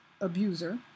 abuser